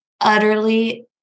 utterly